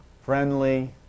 friendly